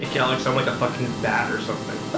yeah alex, i'm like a fucking bat or something